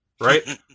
Right